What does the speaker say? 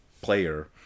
player